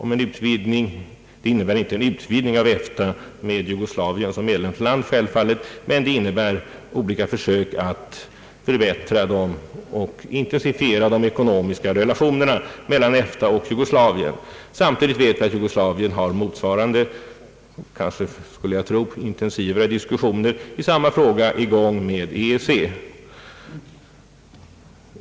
Det innebär självfallet inte en utvidgning av EFTA med Jugoslavien som medlemsland, men det innebär olika försök att förbättra och intensifiera de ekonomiska relationerna mellan EFTA och Jugoslavien. Samtidigt vet vi att Jugoslavien har motsvarande, kanske än intensivare, diskussioner i samma fråga med EEC.